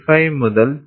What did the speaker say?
55 മുതൽ 2